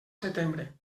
setembre